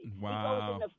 Wow